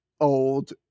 old